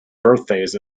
birthdays